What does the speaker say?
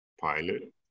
Pilot